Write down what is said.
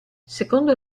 secondo